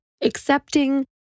accepting